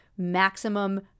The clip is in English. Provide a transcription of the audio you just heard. maximum